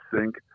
sync